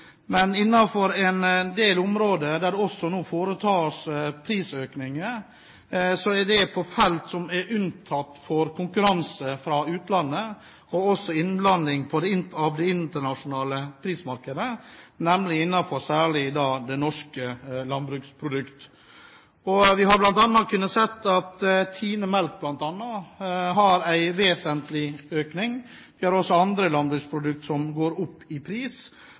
en del av de områder der det nå foretas prisøkninger, er områder som er unntatt for konkurranse fra utlandet og også innblanding fra det internasjonale prismarkedet, nemlig norske landbruksprodukt. Vi har bl.a. sett at det har vært en vesentlig prisøkning på TINE melk. Vi har også andre landbruksprodukt som går opp i pris.